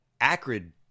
Acrid